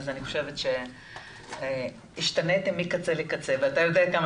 אז אני חושבת שהשתנתם מקצה לקצה ואתה יודע כמה